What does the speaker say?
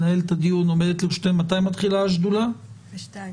השדולה מתחילה ב-14:00,